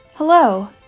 Hello